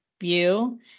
view